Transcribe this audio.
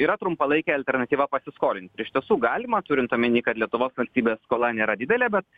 yra trumpalaikė alternatyva pasiskolint ir iš tiesų galima turint omeny kad lietuvos valstybės skola nėra didelė bet